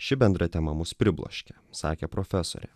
ši bendra tema mus pribloškė sakė profesorė